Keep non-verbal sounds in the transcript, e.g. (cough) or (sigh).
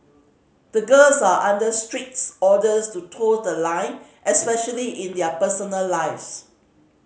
the girls are under strict (unintelligible) orders to toe the line especially in their personal lives